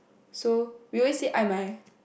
so we always say Ai-Mai